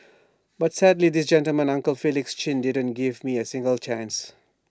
but sadly this gentleman uncle Felix chin didn't give me A single chance